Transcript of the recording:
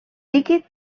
líquid